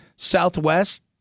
southwest